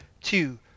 two